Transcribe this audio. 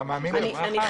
אתה מאמין במח"ש?